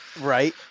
Right